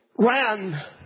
ran